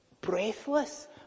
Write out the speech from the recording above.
breathless